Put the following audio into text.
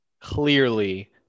clearly